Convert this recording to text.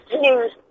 News